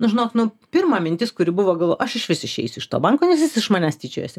nu žinok nu pirma mintis kuri buvo galvo aš išvis išeisiu iš to banko nes jis iš manęs tyčiojasi